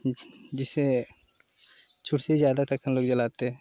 जैसे छुरछुरी ज़्यादातर हम लोग जलाते हैं